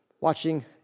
Watching